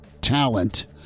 talent